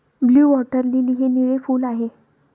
blue water lily हे निळे फूल आहे